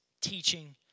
teaching